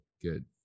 Good